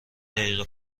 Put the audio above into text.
دقیقه